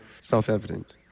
self-evident